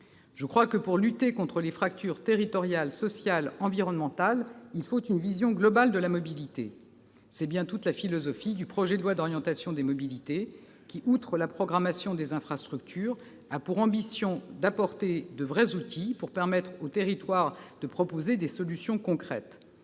posés. Pour lutter contre les fractures territoriales, sociales, environnementales, il faut une vision globale de la mobilité. C'est bien toute la philosophie du projet de loi d'orientation des mobilités, qui, outre la programmation des infrastructures, a pour ambition d'apporter de vrais outils pour permettre aux territoires de proposer des solutions concrètes.